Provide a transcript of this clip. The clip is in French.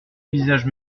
visage